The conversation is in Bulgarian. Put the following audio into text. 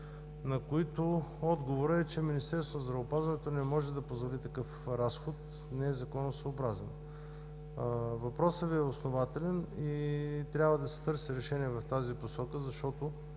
разходи. Отговорът е, че Министерството на здравеопазването не може да позволи такъв разход, не е законосъобразен. Въпросът Ви е основателен и трябва да се търси решение в тази посока, защото,